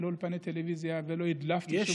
לאולפני טלוויזיה ולא הדלפתי שום דבר.